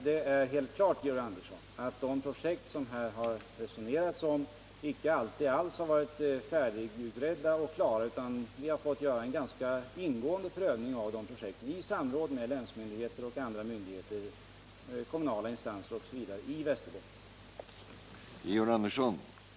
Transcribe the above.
Det är helt klart, Georg Andersson, att de projekt som det här har resonerats om inte alltid har varit färdigutredda och klara, utan vi har fått göra en ganska ingående prövning av projekten i samråd med länsmyndigheter och andra myndigheter, kommunala instanser osv. i Västerbotten.